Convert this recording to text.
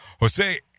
Jose